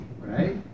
right